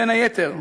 בין היתר,